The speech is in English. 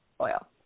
oil